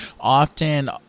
often